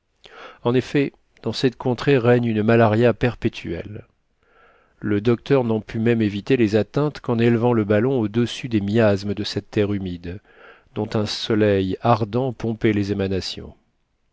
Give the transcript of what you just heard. en effet dans cette contrée règne une malaria perpétuelle le docteur n'en put même éviter les atteintes qu'en élevant le ballon au-dessus des miasmes de cette terre humide dont un soleil ardent pompait les émanations